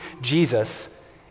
Jesus